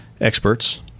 experts